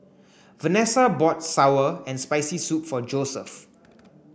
Vanessa bought sour and spicy soup for Joeseph